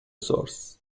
source